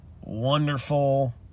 wonderful